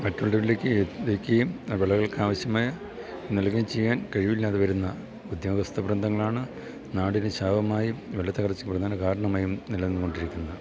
മറ്റുള്ളവരിലേക്ക് എത്തിക്കുകയും ആ വിളകൾക്കാവശ്യമായ നൽകുകയും ചെയ്യാൻ കഴിവില്ലാതെ വരുന്ന ഉദ്യോഗസ്ഥ വൃന്ദങ്ങളാണ് നാടിനു ശാപമായും വിലത്തകർച്ച കൂടുന്നതിൻ്റെ കാരണമായും നില നിന്നു കൊണ്ടിരിക്കുന്നത്